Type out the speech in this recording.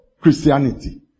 Christianity